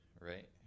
right